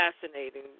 fascinating